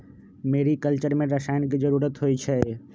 mariculture में रसायन के जरूरत होई छई